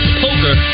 poker